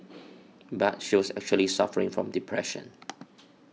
but she was actually suffering from depression